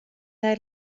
nei